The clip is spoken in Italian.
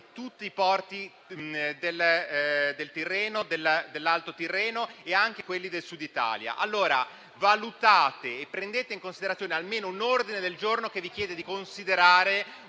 Tirreno, dell'Alto Tirreno e anche quelli del Sud Italia. Valutate e prendete in considerazione almeno un ordine del giorno che vi chiede di considerare